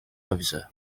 officer